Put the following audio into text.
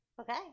Okay